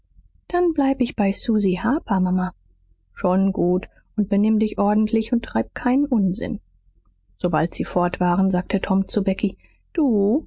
dann bleib ich bei susy harper mama schon gut und benimm dich ordentlich und treib keinen unsinn sobald sie fort waren sagte tom zu becky du